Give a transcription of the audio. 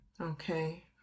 Okay